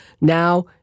Now